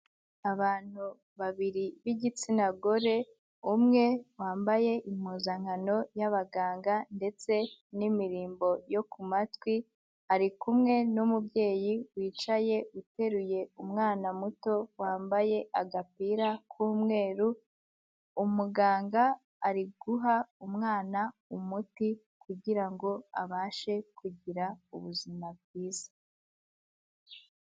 Abantu babiri b'igitsina gore umwe wambaye impuzankano y'abaganga ndetse n'imirimbo yo ku matwi, ari kumwe n'umubyeyi wicaye uteruye umwana muto wambaye agapira k'umweru, umuganga ari guha umwana umuti kugira ngo abashe kugira ubuzima bwiza.